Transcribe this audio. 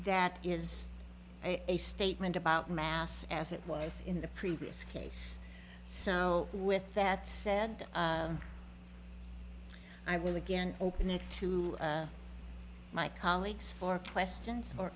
that is a statement about mass as it was in the previous case so with that said i will again open it to my colleagues for questions or